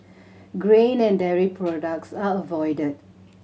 grain and dairy products are avoided